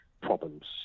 problems